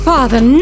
Father